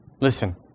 listen